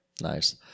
Nice